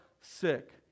sick